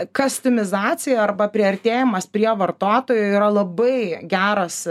kastimizacija arba priartėjimas prie vartotojo yra labai geras